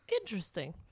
Interesting